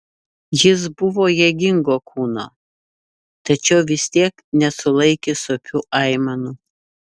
jis buvo jėgingo kūno tačiau vis tiek nesulaikė sopių aimanų